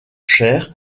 chair